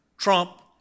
Trump